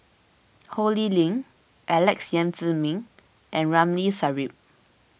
Ho Lee Ling Alex Yam Ziming and Ramli Sarip